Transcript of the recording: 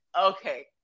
okay